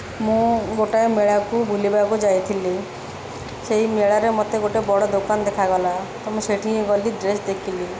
ମୁଁ ଗୋଟାଏ ମେଳାକୁ ବୁଲିବାକୁ ଯାଇଥିଲି ସେଇ ମେଳାରେ ମତେ ଗୋଟେ ବଡ଼ ଦୋକାନ ଦେଖାଗଲା ତ ମୁଁ ସେଇଠି ଗଲି ଡ୍ରେସ୍ ଦେଖିଲି